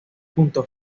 punto